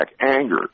anger